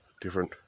different